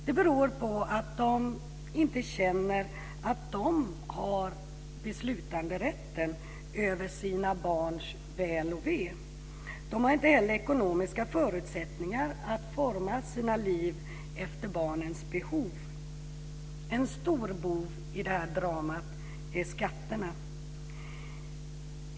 Det beror på att de inte känner att de har beslutanderätten över sina barns väl och ve. De har inte heller ekonomiska förutsättningar att forma sina liv efter barnens behov. En stor bov i det här dramat är skatterna.